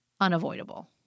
unavoidable